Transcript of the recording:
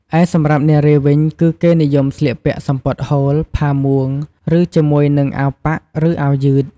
ឯសម្រាប់់នារីវិញគឺគេនិយមស្លៀកពាក់សំពត់ហូល ផាមួងឬជាមួយនឹងអាវប៉ាក់ឬអាវយឺត។